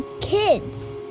kids